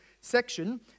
section